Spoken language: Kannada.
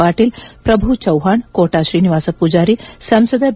ಪಾಟೀಲ್ ಪ್ರಭುಚವ್ಹಾಣ್ ಕೋಟಾ ಶ್ರೀನಿವಾಸ ಪೂಜಾರಿ ಸಂಸದ ಬಿ